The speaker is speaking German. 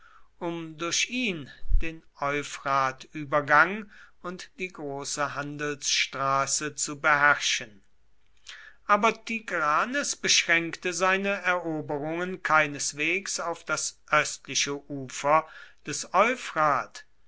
um durch ihn den euphratübergang und die große handelsstraße zu beherrschen aber tigranes beschränkte seine eroberungen keineswegs auf das östliche ufer des